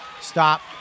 Stop